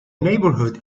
neighbourhood